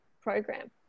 program